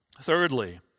Thirdly